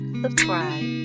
subscribe